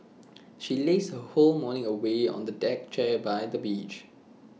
she lazed her whole morning away on A deck chair by the beach